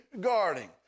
guarding